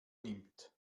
nimmt